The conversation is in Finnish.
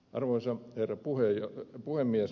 arvoisa herra puhemies